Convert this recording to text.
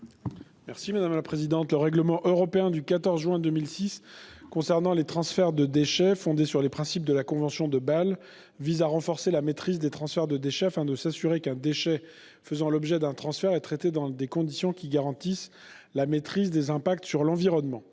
territoire ? Le règlement européen du 14 juin 2006 concernant les transferts de déchets, fondé sur les principes de la convention de Bâle, vise à renforcer la maîtrise de cette pratique afin de s'assurer qu'un déchet faisant l'objet d'un transfert soit traité dans des conditions qui garantissent le contrôle des conséquences sur l'environnement.